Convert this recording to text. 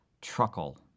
truckle